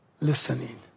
listening